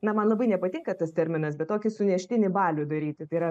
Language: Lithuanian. na man labai nepatinka tas terminas bet tokį suneštinį balių daryti tai yra